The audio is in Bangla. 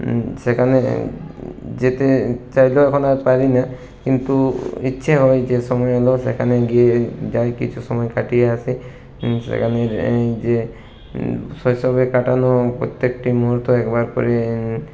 সেখানে যেতে ইচ্ছা চাইলেও এখন আর পারিনা কিন্তু ইচ্ছে হয় যে সময় হলেও সেখানে গিয়ে যাই কিছু সময় কাটিয়ে আসি কিন্তু সেখানে যে শৈশবে কাটানো প্রত্যেকটি মুহুর্ত একবার করে